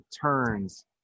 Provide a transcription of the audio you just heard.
turns